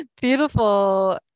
beautiful